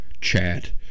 chat